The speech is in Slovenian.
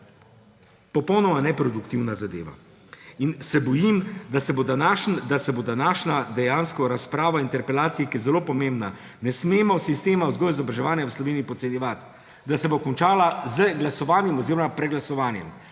popolnoma neproduktivna zadeva. In se bojim, da se bo današnja razprava o interpelaciji, ki je zelo pomembna − ne smemo sistema vzgoje in izobraževanja v Sloveniji podcenjevati −, da se bo končala z glasovanjem oziroma preglasovanjem.